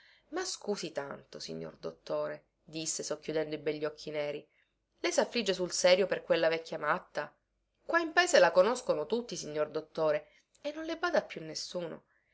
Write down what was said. ma scusi tanto signor dottore disse socchiudendo i begli occhi neri lei saffligge sul serio per quella vecchia matta qua in paese la conoscono tutti signor dottore e non le bada più nessuno